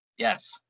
Yes